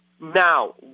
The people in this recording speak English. Now